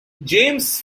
james